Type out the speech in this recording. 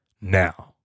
now